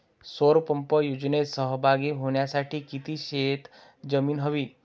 सौर पंप योजनेत सहभागी होण्यासाठी किती शेत जमीन हवी?